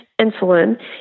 insulin